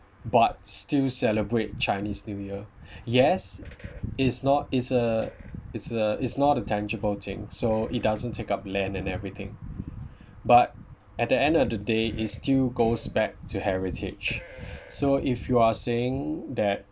but still celebrate chinese new year yes it's not it's a it's a it's not a tangible thing so it doesn't take up land and everything but at the end of the day it's still goes back to heritage so if you are saying that